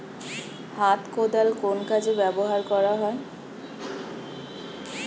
হাত কোদাল কোন কাজে ব্যবহার করা হয়?